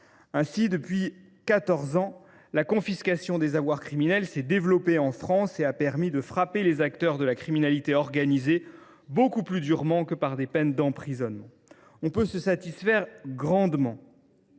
Ainsi, depuis quatorze ans, la confiscation des avoirs criminels s’est développée en France et a permis de frapper les acteurs de la criminalité organisée beaucoup plus durement que par des peines d’emprisonnement. On peut se satisfaire grandement